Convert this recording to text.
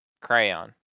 crayon